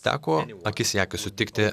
teko akis į akį sutikti